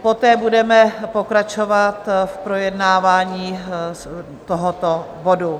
Poté budeme pokračovat v projednávání tohoto bodu.